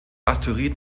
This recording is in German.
asteroid